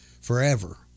forever